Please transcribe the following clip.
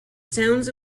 sounds